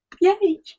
yay